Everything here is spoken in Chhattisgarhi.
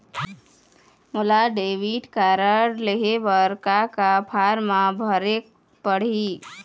मोला डेबिट कारड लेहे बर का का फार्म भरेक पड़ही?